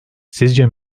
sizce